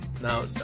Now